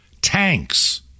tanks